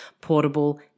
portable